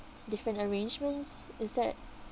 different arrangements is that